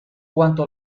cuanto